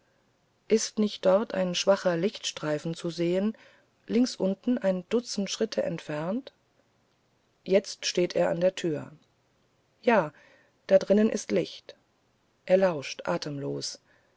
ist nicht dort ein schwacher lichtstreifen zu sehen links unten ein dutzend schritte entfernt jetzt steht er an der tür ja da drinnen ist licht er lauscht atemlos